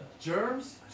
Germs